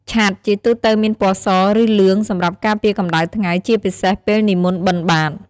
វត្ថពន្ធទ្រូងប្រើសម្រាប់រុំចីវរឲ្យមានរបៀបល្អ និង វត្ថពន្ធចង្កេះ ប្រើសម្រាប់រុំស្បង់ឲ្យបានតឹងល្អ។